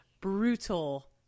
brutal